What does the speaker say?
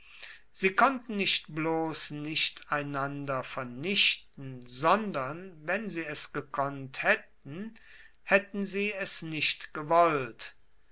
sie konnten nicht bloß nicht einander vernichten sondern wenn sie es gekonnt hätten hätten sie es nicht gewollt